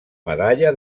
medalla